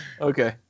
Okay